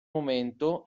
momento